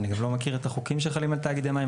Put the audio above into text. אני גם לא מכיר את החוקים שחלים על תאגידי המים,